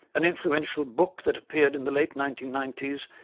an influential book that appeared in the late nineteen ninety s,